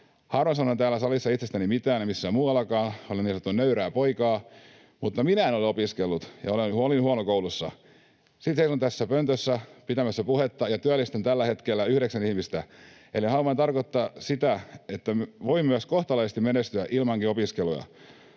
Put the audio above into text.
Harvoin sanon täällä salissa itsestäni mitään, en missään muuallakaan, vaan olen niin sanotusti nöyrää poikaa, mutta minä en ole opiskellut ja olin huono koulussa. Silti olen tässä pöntössä pitämässä puhetta ja työllistän tällä hetkellä yhdeksän ihmistä, eli haluan tarkoittaa sitä, että voi myös kohtalaisesti menestyä ilmankin opiskeluja.